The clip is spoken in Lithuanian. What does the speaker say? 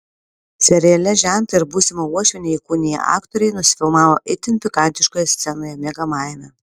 seriale žentą ir būsimą uošvienę įkūniję aktoriai nusifilmavo itin pikantiškoje scenoje miegamajame